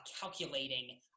calculating